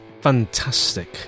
Fantastic